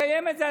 לקיים את זה,